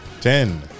ten